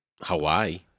Hawaii